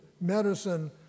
medicine